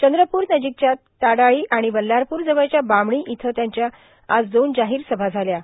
चंद्रपूर नजीकच्या ताडाळी व बल्लारपूर जवळच्या बामणी येथे त्यांच्या आज दोन जाहोर सभा झाल्यात